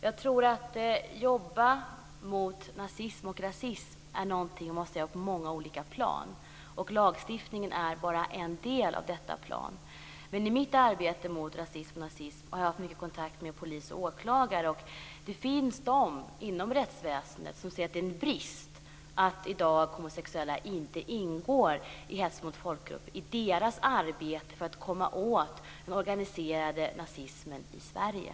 Att jobba mot nazism och rasism är något, tror jag, som man måste göra på många olika plan. Lagstiftningen är bara en del av detta. Men i mitt arbete mot rasism och nazism har jag haft mycket kontakt med polis och åklagare. Det finns de inom rättsväsendet som säger att det är en brist att homosexuella i dag inte ingår i hets mot folkgrupp. Det är en brist i deras arbete för att komma åt den organiserade nazismen i Sverige.